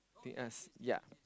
between us ya